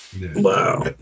Wow